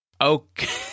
Okay